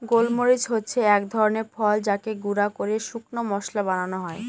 গোল মরিচ হচ্ছে এক ধরনের ফল যাকে গুঁড়া করে শুকনো মশলা বানানো হয়